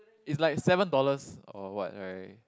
is like seven dollars or what right